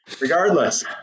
regardless